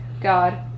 God